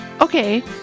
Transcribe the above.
okay